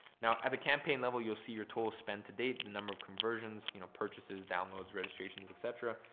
now at the campaign level, you'll see your total spend to date, the number of conversions, you know, purchases, downloads, registrations, et cetera.